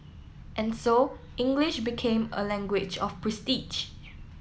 and so English became a language of prestige